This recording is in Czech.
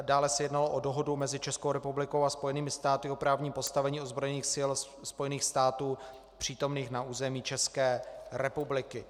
Dále se jednalo o Dohodu mezi Českou republikou a Spojenými státy o právním postavení ozbrojených sil Spojených států přítomných na území České republiky.